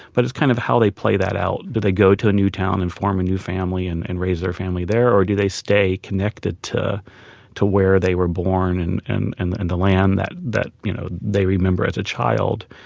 but it's kind of how they play that out. do they go to a new town and form a new family and and raise their family there, or do they stay connected to to where they were born and and and and the land that that you know they remember as a child?